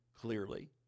clearly